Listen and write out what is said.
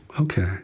Okay